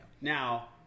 now